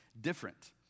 different